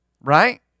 Right